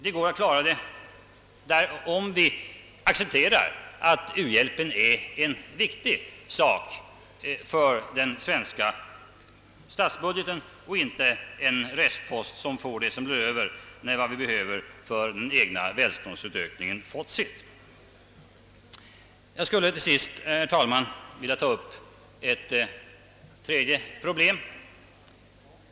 Men vi måste acceptera att uhjälpen är en viktig sak för den svenska statsbudgeten och inte en restpost som får det som blir över när välståndsökningen fått sitt. Jag skulle till sist, herr talman, vilja ta upp ett tredje problem.